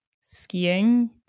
skiing